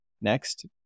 next